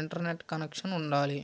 internet connection ఉండాలి